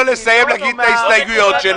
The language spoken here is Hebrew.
מ-400 מיליון או ------ עודד,